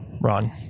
Ron